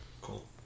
Cool